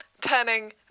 turning